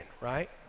right